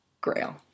Grail